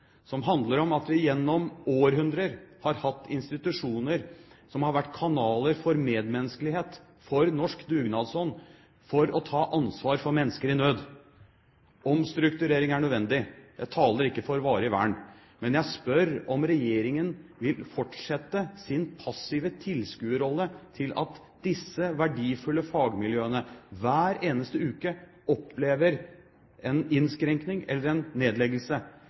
som handler om at vi gjennom århundrer har hatt institusjoner som har vært kanaler for medmenneskelighet, for norsk dugnadsånd for å ta ansvar for mennesker i nød. Omstrukturering er nødvendig. Jeg taler ikke for varig vern. men jeg spør om regjeringen vil fortsette sin passive tilskuerrolle og se på at disse verdifulle fagmiljøene hver eneste uke opplever en innskrenkning eller en nedleggelse.